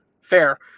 fair